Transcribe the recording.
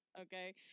Okay